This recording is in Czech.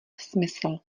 smysl